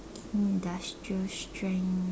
industrial strength